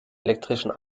elektrischen